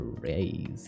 crazy